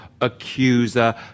accuser